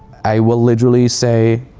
i will literally say,